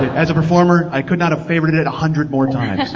as a performer, i could not have favorited it a hundred more times.